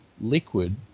liquid